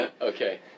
Okay